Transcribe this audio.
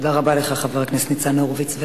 תודה רבה לך, חבר הכנסת ניצן הורוביץ.